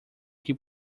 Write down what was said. que